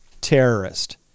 terrorist